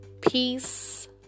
peace